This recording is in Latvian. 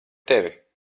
tevi